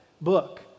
book